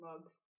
mugs